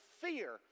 fear